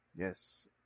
Yes